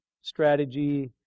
strategy